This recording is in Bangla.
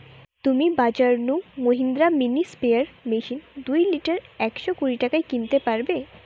তুমি বাজর নু মহিন্দ্রা মিনি স্প্রেয়ার মেশিন দুই লিটার একশ কুড়ি টাকায় কিনতে পারবে